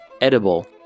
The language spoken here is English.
Edible